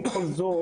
עם כל זאת,